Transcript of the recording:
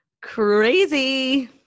Crazy